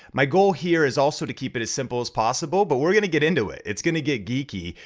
my goal here is also to keep it as simple as possible, but we're gonna get into it, it's gonna get geeky.